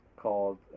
called